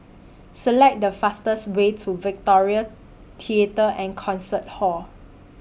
Select The fastest Way to Victoria Theatre and Concert Hall